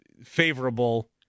favorable